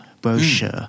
brochure